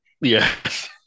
yes